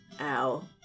Ow